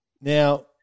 Now –